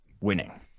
winning